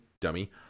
dummy